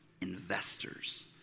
investors